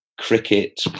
cricket